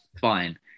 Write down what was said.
fine